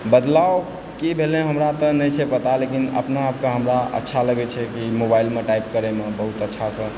बदलाव की भेलय हमरा तऽ नहि छै पता लेकिन अपनाआपके हमरा अच्छा लगैत छै कि मोबाइलमे टाइप करयमे बहुत अच्छासँ